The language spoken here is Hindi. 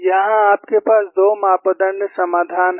यहां आपके पास 2 मापदण्ड समाधान हैं